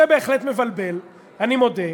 זה בהחלט מבלבל, אני מודה.